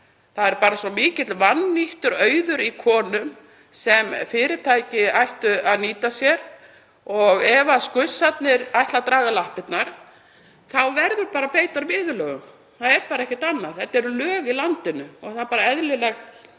Það er bara svo mikill vannýttur auður í konum sem fyrirtæki ættu að nýta sér og ef skussarnir ætla að draga lappirnar þá verður bara að beita viðurlögum. Það er ekkert annað, þetta eru lög í landinu og það er eðlilegt